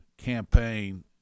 campaign